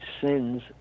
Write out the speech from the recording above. sins